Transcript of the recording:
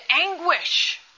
anguish